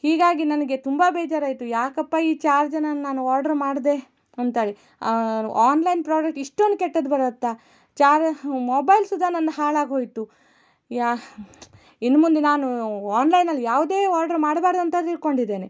ಹೀಗಾಗಿ ನನಗೆ ತುಂಬ ಬೇಜಾರಾಯಿತು ಯಾಕಪ್ಪ ಈ ಚಾರ್ಜರನ್ನ ನಾನು ಓರ್ಡ್ರ್ ಮಾಡಿದೆ ಅಂತೇಳಿ ಆನ್ಲೈನ್ ಪ್ರಾಡಕ್ಟ್ ಇಷ್ಟೊಂದು ಕೆಟ್ಟದ್ದು ಬರುತ್ತಾ ಚಾರ್ ಮೊಬೈಲ್ ಸುದ ನಂದು ಹಾಳಾಗಿ ಹೋಯಿತು ಯಾ ಇನ್ನು ಮುಂದೆ ನಾನು ಆನ್ಲೈನ್ನಲ್ಲಿ ಯಾವುದೇ ಆರ್ಡ್ರ್ ಮಾಡಬಾರದು ಅಂತ ತಿಳ್ಕೊಂಡಿದ್ದೇನೆ